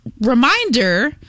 reminder